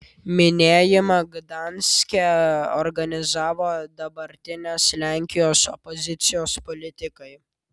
minėjimą gdanske organizavo dabartinės lenkijos opozicijos politikai